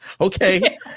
Okay